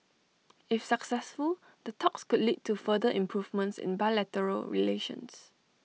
if successful the talks could lead to further improvements in bilateral relations